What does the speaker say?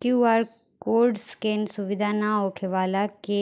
QR code scan सुविधा ना होखे वाला के